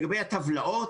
מה זה הטבות?